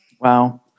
Wow